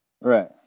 Right